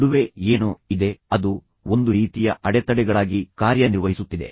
ನಡುವೆ ಏನೋ ಇದೆ ಅದು ಒಂದು ರೀತಿಯ ಅಡೆತಡೆಗಳಾಗಿ ಕಾರ್ಯನಿರ್ವಹಿಸುತ್ತಿದೆ